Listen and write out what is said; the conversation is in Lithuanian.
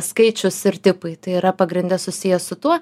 skaičius ir tipai tai yra pagrinde susiję su tuo